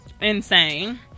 Insane